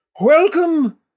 welcome